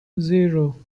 zero